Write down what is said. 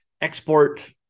Export